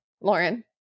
Lauren